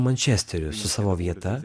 mančesteriu su savo vieta